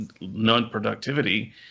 non-productivity